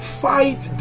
fight